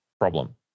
problem